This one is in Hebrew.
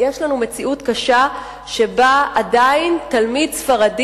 יש לנו מציאות קשה שבה עדיין תלמיד ספרדי